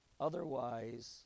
otherwise